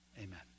amen